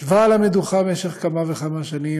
ישבה על המדוכה משך כמה וכמה שנים,